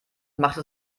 machte